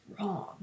wrong